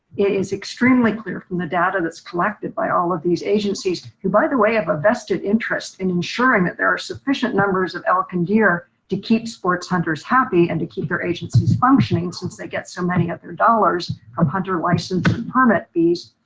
it's extremely clear from the data that's collected by all of these agencies who by the way, have a vested interest in ensuring that there are sufficient numbers of elk and deer to keep sports hunters happy and to keep their agencies functioning since they get so many other dollars of hunter license and permit fees.